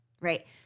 right